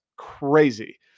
crazy